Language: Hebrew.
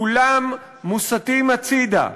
כולם מוסטים הצדה.